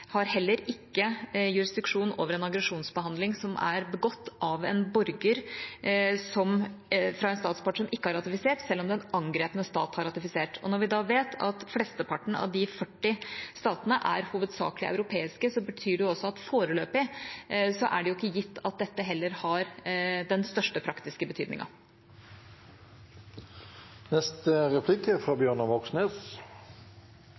er begått av en borger fra en statspart som ikke har ratifisert, selv om den angrepne stat har ratifisert, og når vi vet at flesteparten av de 40 statene er europeiske, betyr det også at det foreløpig ikke er gitt at dette har den største praktiske